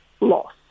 loss